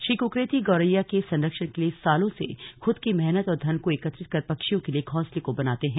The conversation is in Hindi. श्री कुकरेती गौरैया के संरक्षण के लिए सालों से खुद की मेहनत और धन को एकत्रित कर पक्षियों के लिए घौंसलों को बनाते भी हैं